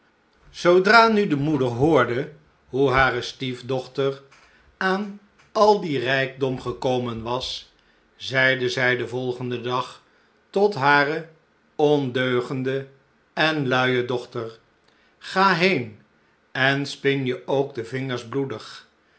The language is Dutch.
nu de moeder hoorde hoe hare stiefdochter aan al dien rijkdom gekomen was zeide zij den volgenden dag tot hare ondeugende en luije dochter ga heen spin je ook de vingers bloedig